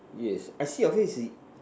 yes I see your face is